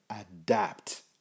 Adapt